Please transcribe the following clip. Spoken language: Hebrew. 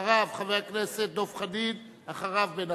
אחריו, חבר הכנסת דב חנין, ואחריו, בן-ארי.